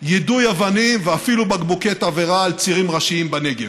יידוי אבנים ואפילו בקבוקי תבערה על צירים ראשיים בנגב.